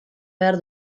behar